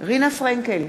רינה פרנקל,